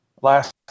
last